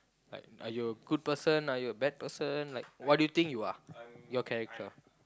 like are you a good person are you a bad person like what do you think you are your character